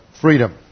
freedom